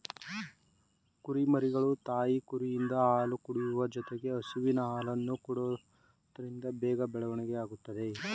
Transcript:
ಕುರಿಮರಿಗಳು ತಾಯಿ ಕುರಿಯಿಂದ ಹಾಲು ಕುಡಿಯುವ ಜೊತೆಗೆ ಹಸುವಿನ ಹಾಲನ್ನು ಕೊಡೋದ್ರಿಂದ ಬೇಗ ಬೆಳವಣಿಗೆ ಆಗುತ್ತದೆ